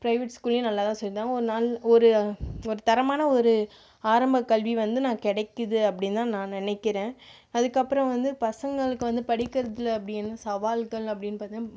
private ஸ்கூல்லையும் நல்லா தான் சொல்லித்தராங்க ஒரு நாள் ஒரு ஒரு தரமான ஒரு ஆரம்ப கல்வி வந்து நான் கிடைக்குது அப்படின்னு தான் நான் நினைக்குறேன் அதற்கப்றம் வந்து பசங்களுக்கு வந்து படிக்குறதில் அப்படி என்ன சவால்கள் அப்படின்னு பார்த்திங்கன்னா